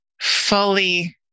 fully